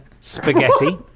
Spaghetti